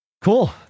Cool